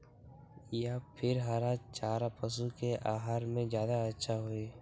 या फिर हरा चारा पशु के आहार में ज्यादा अच्छा होई?